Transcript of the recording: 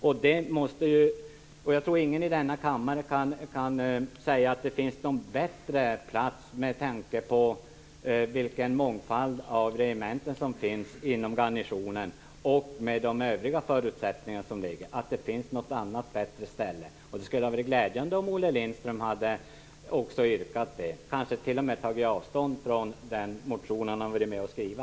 Jag tror inte att någon i denna kammare kan peka på en bättre plats just med tanke på den mångfald av regementen som finns inom garnisonen och med tanke på de övriga förutsättningar som föreligger. Det skulle vara glädjande om Olle Lindström också hade yrkat på det och om han t.o.m. hade tagit avstånd från den motion som han har varit med om att skriva.